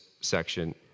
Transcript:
section